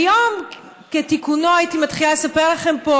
ביום כתיקונו הייתי מתחילה לספר לכם פה